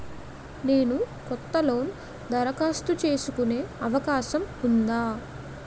నేను కొత్త లోన్ దరఖాస్తు చేసుకునే అవకాశం ఉందా?